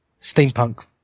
steampunk